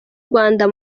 rwanda